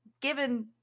given